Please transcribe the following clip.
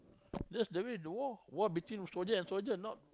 that's the way the war war between soldier and soldier not